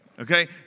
Okay